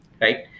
right